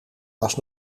was